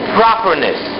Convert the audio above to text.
properness